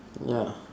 ya